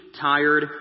tired